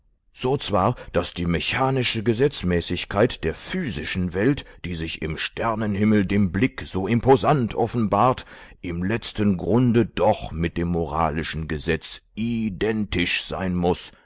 so zwar daß die mechanische gesetzmäßigkeit der physischen welt die sich im sternenhimmel dem blick so imposant offenbart im letzten grunde doch mit dem moralischen gesetz identisch sein muß